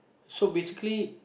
so basically